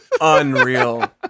Unreal